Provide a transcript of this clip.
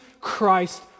Christ